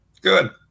Good